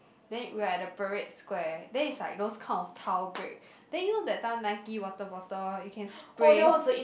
then we are at the Parade Square then it's like those kind of tile brick then you know that time Nike water bottle what you can spray